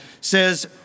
says